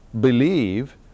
believe